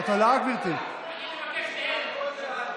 אני לא קובע, אני מבקש מהם.